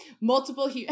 Multiple